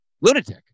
lunatic